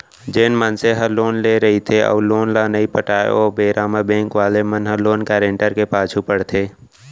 जेन मनसे ह लोन लेय रहिथे अउ लोन ल नइ पटाव ओ बेरा म बेंक वाले मन ह लोन गारेंटर के पाछू पड़थे